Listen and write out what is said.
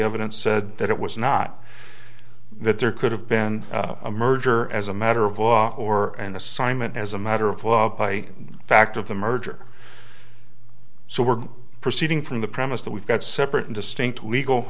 evidence said that it was not that there could have been a merger as a matter of law or an assignment as a matter of fact of the merger so we're proceeding from the premise that we've got separate and distinct legal